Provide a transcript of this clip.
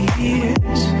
years